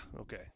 Okay